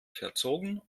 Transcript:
verzogen